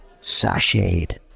sashayed